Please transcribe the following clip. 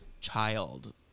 child